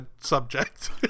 subject